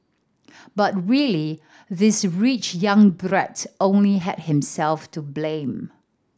but really this rich young brat only had himself to blame